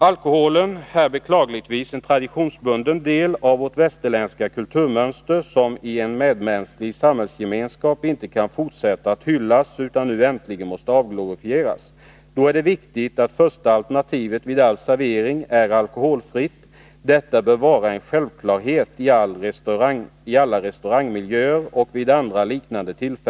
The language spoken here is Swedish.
Alkoholen är beklagligtvis en traditionsbunden del av vårt västerländska kulturmönster, som i en medmänsklig samhällsgemenskap inte kan fortsätta att hyllas, utan nu äntligen måste avglorifieras. Då är det viktigt att första Nr 132 alternativet vid all servering är alkoholfritt. Detta bör vara en självklarhet vid Onsdagen den servering i alla restaurangmiljöer och vid andra liknande tillfällen.